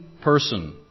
person